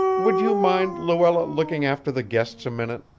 would you mind, luella, looking after the guests a minute?